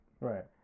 Right